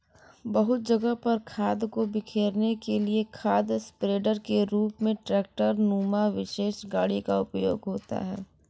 बहुत जगह पर खाद को बिखेरने के लिए खाद स्प्रेडर के रूप में ट्रेक्टर नुमा विशेष गाड़ी का उपयोग होता है